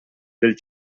del